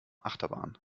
achterbahn